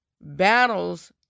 battles